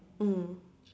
mm